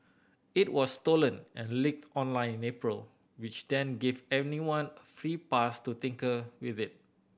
it was stolen and leaked online in April which then gave anyone a free pass to tinker with it